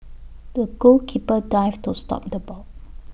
the goalkeeper dived to stop the ball